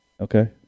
Okay